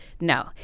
no